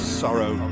sorrow